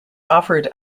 offered